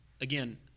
Again